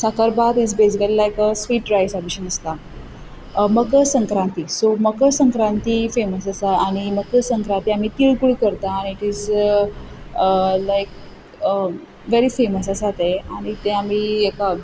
साखरभात इज basically sweet रायसा भशेन आसता मकर संक्रांती सो मकर संक्रांती फॅमस आसा आनी मकर संक्रांती आमी तिळगूळ करता आनी it is like very famous आसा ते आनी ते आमी हेका